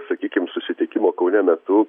sakykim susitikimo kaune metu